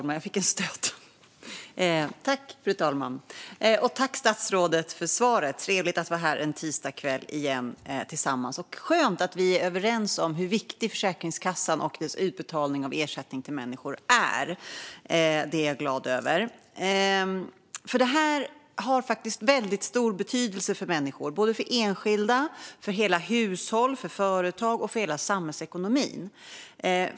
Fru talman! Jag tackar statsrådet för svaret. Det är trevligt att vara här tillsammans en tisdagskväll igen och skönt att vi är överens om hur viktig Försäkringskassan och dess utbetalning av ersättning till människor är. Det är jag glad över, för det har faktiskt väldigt stor betydelse för enskilda människor, för hela hushåll, för företag och för hela samhällsekonomin.